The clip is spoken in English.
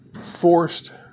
forced